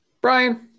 Brian